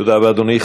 תודה רבה, אדוני.